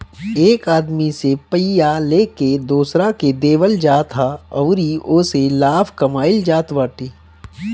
एक आदमी से पइया लेके दोसरा के देवल जात ह अउरी ओसे लाभ कमाइल जात बाटे